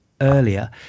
earlier